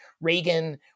Reagan